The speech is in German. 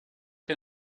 der